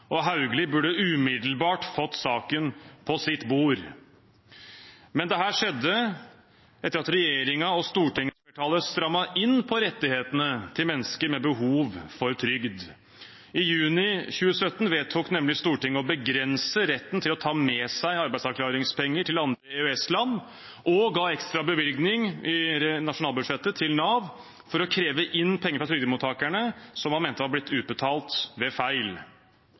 og statsråd Hauglie burde umiddelbart ha fått saken på sitt bord. Men dette skjedde etter at regjeringen og stortingsflertallet strammet inn på rettighetene til mennesker med behov for trygd. I juni 2017 vedtok nemlig Stortinget å begrense retten til å ta med seg arbeidsavklaringspenger til andre EØS-land og ga i nasjonalbudsjettet en ekstra bevilgning til Nav for å kreve inn penger som man mente var blitt utbetalt ved en feil